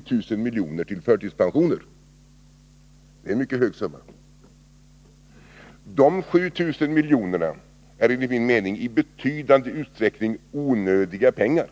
14 000 miljoner, dvs. 7 000 miljoner, går till förtidspensioner. Det är en mycket hög summa. De 7 000 miljonerna är enligt min mening i betydande utsträckning onödiga pengar.